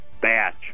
batch